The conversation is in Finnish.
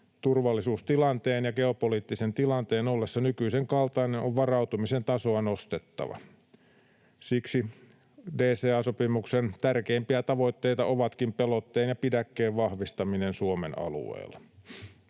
Turvallisuustilanteen ja geopoliittisen tilanteen ollessa nykyisen kaltainen on varautumisen tasoa nostettava. Siksi DCA-sopimuksen tärkeimpiä tavoitteita ovatkin pelotteen ja pidäkkeen vahvistaminen Suomen alueella.